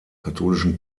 katholischen